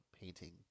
painting